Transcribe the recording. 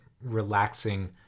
relaxing